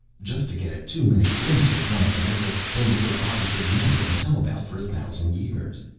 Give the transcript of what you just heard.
just to get a two-minute glimpse of one of them is a thing for a body to remember and tell about for a thousand years.